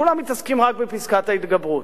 כולם מתעסקים רק בפסקת ההתגברות,